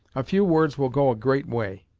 a few words will go a great way.